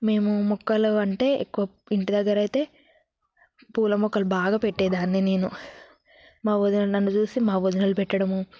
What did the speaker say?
మేము మొక్కలు అంటే ఎక్కువ ఇంటి దగ్గర అయితే పూల మొక్కలు బాగా పెట్టేదాన్ని నేను మా వదిన నన్ను చూసి మా వదినలు పెట్టడము